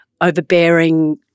overbearing